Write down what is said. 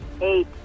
Eight